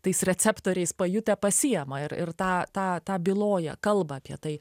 tais receptoriais pajutę pasijama ir tą tą byloja kalba apie tai